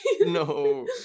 No